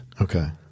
Okay